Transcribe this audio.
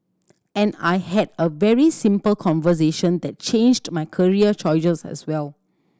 and I had a very simple conversation that changed my career choices as well